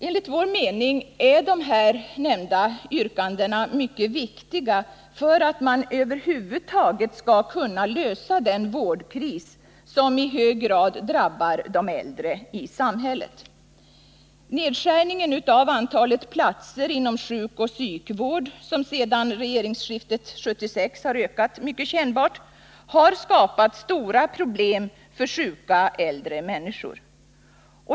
Enligt vår åsikt är de nämnda yrkandena mycket viktiga för att man över huvud taget skall kunna lösa den vårdkris som i hög grad drabbar de äldre. Nedskärning av antalet platser inom sjukoch psykvård, som sedan regeringsskiftet 1976 har ökat mycket kännbart, har skapat stora problem för sjuka äldre människor.